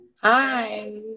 Hi